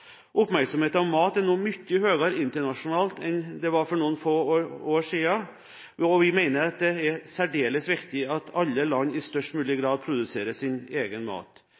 av klimaendringene. Oppmerksomheten om mat er nå mye større internasjonalt enn den var for noen få år siden, og vi mener det er særdeles viktig at alle land i størst mulig grad produserer sin egen mat.